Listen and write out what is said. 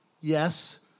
Yes